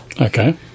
okay